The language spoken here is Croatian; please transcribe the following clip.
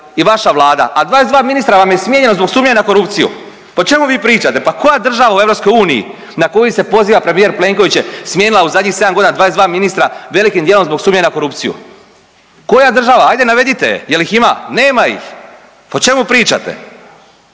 i vaša vlada, a 22 ministra vam je smijenjeno zbog sumnje na korupciju. Pa o čemu vi pričate? Pa koja država u EU na koju se poziva premijer Plenković je smijenila u zadnjih 7 godina 22 ministra, velikim dijelom zbog sumnje na korupciju? Koja država, ajde, navedite je. Je li ih ima? Nema ih. Pa o čemu pričate?